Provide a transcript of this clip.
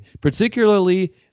particularly